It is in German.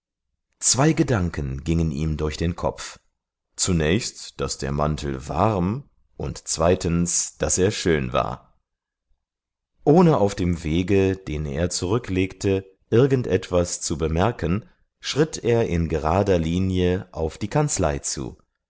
zwei gedanken gingen ihm durch den kopf zunächst daß der mantel warm und zweitens daß er schön war ohne auf dem wege den er zurücklegte irgend etwas zu bemerken schritt er in gerader linie auf die kanzlei zu